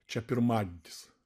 čia pirmadienis